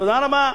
תודה רבה.